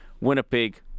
Winnipeg